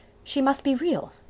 she must be real.